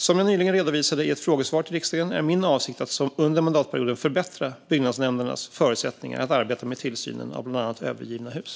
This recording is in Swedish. Som jag nyligen redovisade i ett frågesvar till riksdagen är min avsikt att under mandatperioden förbättra byggnadsnämndernas förutsättningar att arbeta med tillsynen av bland annat övergivna hus.